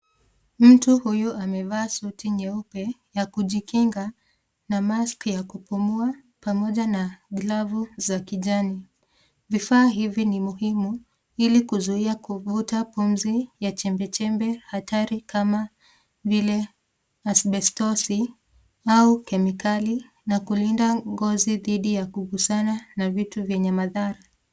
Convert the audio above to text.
Mtu huyu amevaa suti nyeupe ya kujikinga na maski ya kupumua pamoja na glavu za kijani. Vifaa hivi ni muhimu ili kuzuia kuvuta pumzi ya chembechembe hatari kama vile asbestosi au kemikali na kulinda ngozi dhidi ya kugusana na vitu vyenye madhara.